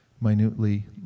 minutely